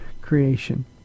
creation